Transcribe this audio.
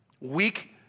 weak